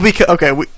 Okay